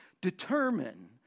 determine